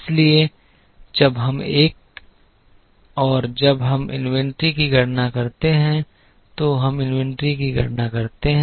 इसलिए जब हम इन्वेंट्री की गणना करते हैं तो हम इन्वेंट्री की गणना करते हैं